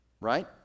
right